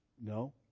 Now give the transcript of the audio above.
no